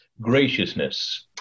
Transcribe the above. graciousness